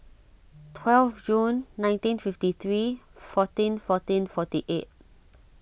twelve June nineteen fifty three fourteen fourteen forty eight